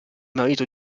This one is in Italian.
marito